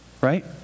right